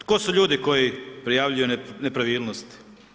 Tko su ljudi koji prijavljuju nepravilnosti?